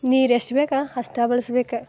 ನೀರು ಎಷ್ಟು ಬೇಕೋ ಅಷ್ಟು ಬಳಸ್ಬೇಕು